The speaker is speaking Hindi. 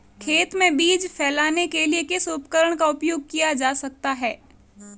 खेत में बीज फैलाने के लिए किस उपकरण का उपयोग किया जा सकता है?